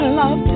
love